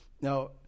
Now